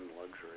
luxury